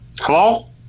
hello